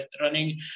running